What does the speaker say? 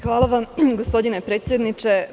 Hvala, gospodine predsedniče.